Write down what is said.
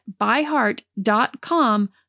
byheart.com